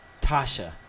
tasha